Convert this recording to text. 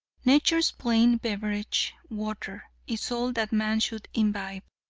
nature's plain beverage, water, is all that man should imbibe.